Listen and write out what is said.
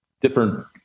different